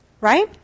right